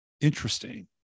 interesting